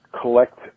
collect